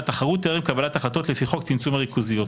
התחרות טרם קבלת החלטות לפי חוק צמצום הריכוזיות.